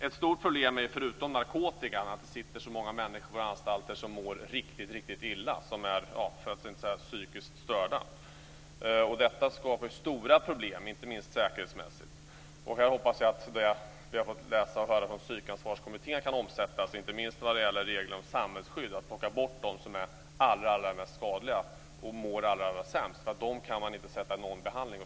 Ett stort problem förutom narkotikan är att det sitter så många människor på våra anstalter som mår riktigt illa, för att inte säga är psykiskt störda. Detta skapar stora problem inte minst säkerhetsmässigt. Jag hoppas att det vi fått läsa och höra från Psykansvarskommittén kan omsättas i praktiken. Det gäller inte minst reglerna om samhällsskydd. Det handlar om att plocka bort dem som är allra mest skadliga och mår allra sämst. Dem kan man inte sätta i en behandling.